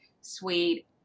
sweet